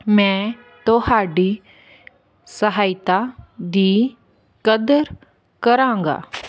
ਮੈਂ ਤੁਹਾਡੀ ਸਹਾਇਤਾ ਦੀ ਕਦਰ ਕਰਾਂਗਾ